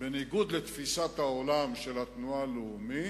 בניגוד לתפיסת העולם של התנועה הלאומית,